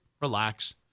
relax